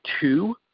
two